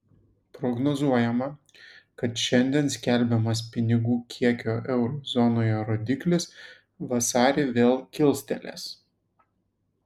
prognozuojama kad šiandien skelbiamas pinigų kiekio euro zonoje rodiklis vasarį vėl kilstelės